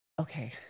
okay